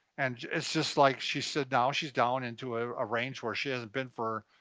and it's just like, she's said now she's down into a ah range where she hasn't been for